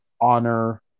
honor